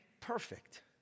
perfect